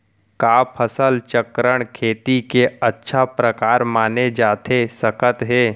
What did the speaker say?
का फसल चक्रण, खेती के अच्छा प्रकार माने जाथे सकत हे?